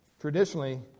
traditionally